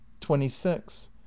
twenty-six